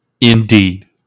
indeed